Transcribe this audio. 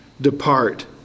depart